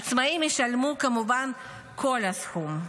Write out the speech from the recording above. עצמאים ישלמו כמובן את כל הסכום.